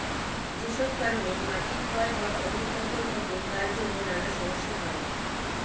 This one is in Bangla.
যেসব কারণে মাটি ক্ষয় বা অধঃপতন ঘটে তার জন্যে নানা সমস্যা হয়